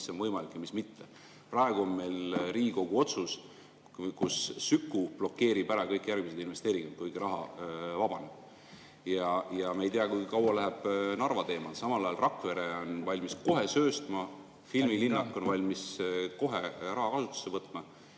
mis on võimalik ja mis mitte. Praegu on meil Riigikogu otsus, milles Süku blokeerib ära kõik järgmised investeeringud, kuigi raha vabaneb. Ja me ei tea, kui kaua läheb Narva teemal. Samal ajal Rakvere on valmis kohe sööstma, filmilinnak on valmis kohe raha kasutusele võtma.